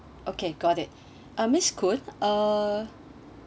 okay got it uh miss koon uh